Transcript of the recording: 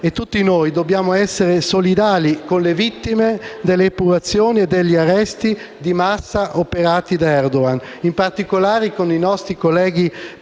e tutti noi dobbiamo essere solidali con le vittime delle epurazioni e degli arresti di massa operati da Erdogan, in particolare con i nostri colleghi parlamentari